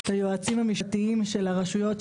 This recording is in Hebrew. את היועצים המשפטיים של הרשויות,